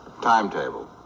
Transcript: Timetable